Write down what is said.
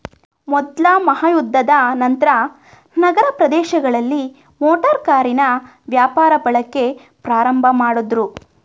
ಮೊದ್ಲ ಮಹಾಯುದ್ಧದ ನಂತ್ರ ನಗರ ಪ್ರದೇಶಗಳಲ್ಲಿ ಮೋಟಾರು ಕಾರಿನ ವ್ಯಾಪಕ ಬಳಕೆ ಪ್ರಾರಂಭಮಾಡುದ್ರು